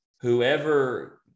whoever –